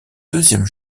deuxième